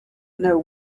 know